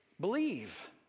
believe